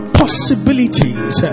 possibilities